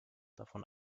davon